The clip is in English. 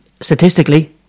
statistically